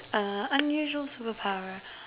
a unusual superpower